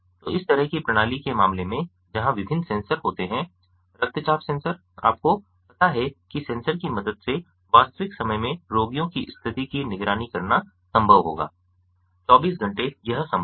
तो इस तरह की प्रणाली के मामले में जहां विभिन्न सेंसर होते हैं रक्तचाप सेंसर आपको पता है कि सेंसर की मदद से वास्तविक समय में रोगियों की स्थिति की निगरानी करना संभव होगा चौबीस घंटे यह संभव है